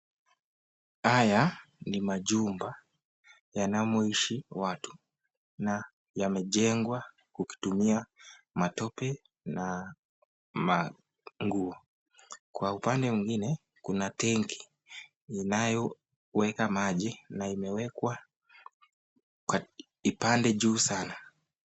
Haya ni machumba yanamoishi watu imejengwa ikitumika matope na nguo kwa upande mwingine kuna tanki inayoweka maji inawekwa ipande juu sana.